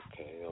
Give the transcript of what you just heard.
Okay